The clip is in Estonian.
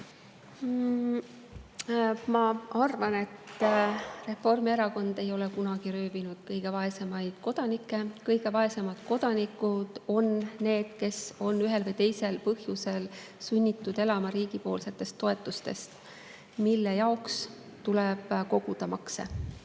Ma arvan, et Reformierakond ei ole kunagi röövinud kõige vaesemaid kodanikke. Kõige vaesemad kodanikud on need, kes on ühel või teisel põhjusel sunnitud elama riigi toetustest, mille jaoks tuleb koguda makse.